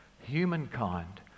humankind